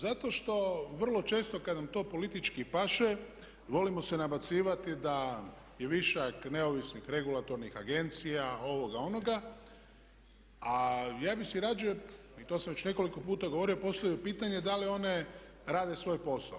Zato što vrlo često kada nam to politički paše volimo se nabacivati da je višak neovisnih regulatornih agencija, ovoga onoga, a ja bih se rađe, i to sam već nekoliko puta govorio, postavio pitanje da li one rade svoje posao.